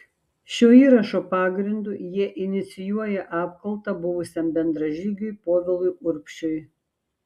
šio įrašo pagrindu jie inicijuoja apkaltą buvusiam bendražygiui povilui urbšiui